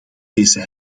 deze